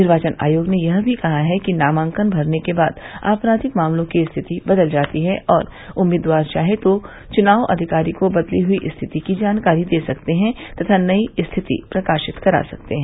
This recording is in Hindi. निर्वाचन आयोग ने यह भी कहा कि नामांकन भरने के बाद आपराधिक मामले की स्थिति बदल जाती है और उम्मीदवार चाहे तो चुनाव अधिकारी को बदली हई स्थिति की जानकारी दे सकते हैं तथा नई स्थिति प्रकाशित करा सकते हैं